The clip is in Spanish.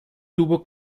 tuvo